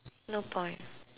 no point